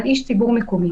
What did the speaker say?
על איש ציבור מקומי.